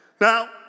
Now